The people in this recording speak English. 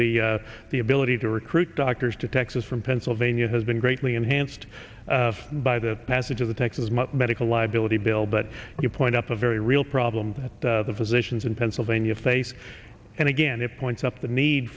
the the ability to recruit doctors to texas from pennsylvania has been greatly enhanced by the passage of the texas medical liability bill but you point up a very real problem that the physicians in pennsylvania face and again it points up the need